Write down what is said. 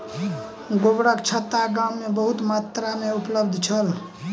गोबरछत्ता गाम में बहुत मात्रा में उपलब्ध छल